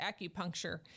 acupuncture